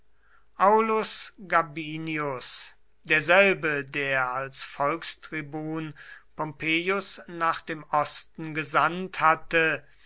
aulus gabinius derselbe der als volkstribun pompeius nach dem osten gesandt hatte